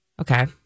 okay